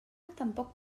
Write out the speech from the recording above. tampoc